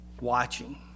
watching